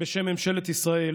בשם ממשלת ישראל